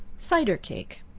cider cake.